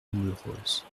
douloureuse